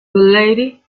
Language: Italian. lady